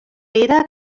era